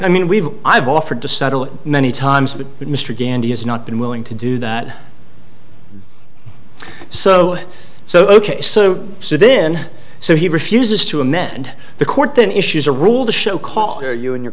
i mean we've i have offered to settle many times but mr gandy has not been willing to do that so so ok so so then so he refuses to amend the court then issues a rule to show call you and your